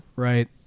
right